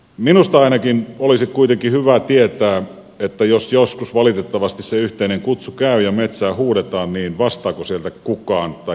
minusta ainakin olisi kuitenkin hyvä tietää että jos joskus valitettavasti se yhteinen kutsu käy ja metsään huudetaan niin vastaako sieltä kukaan tai ketään